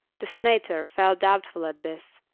the senator felt doubtful at this,